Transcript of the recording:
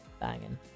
Banging